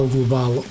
Global